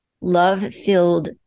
love-filled